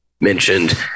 mentioned